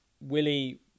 Willie